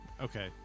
okay